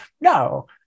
No